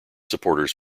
supporters